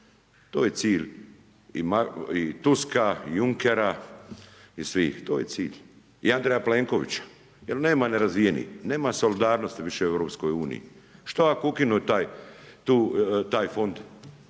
To je cilj i Tuska i Junkera i svih to je cilj i Andreja Pelnkovića, jer nema nerazvijenih, nema solidarnosti više u EU. Što ako ukinu taj fond